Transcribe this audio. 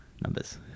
Numbers